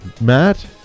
Matt